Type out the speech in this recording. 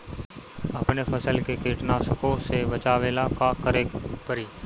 अपने फसल के कीटनाशको से बचावेला का करे परी?